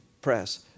press